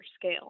scale